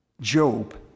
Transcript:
Job